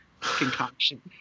concoction